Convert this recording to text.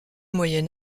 moyen